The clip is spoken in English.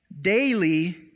daily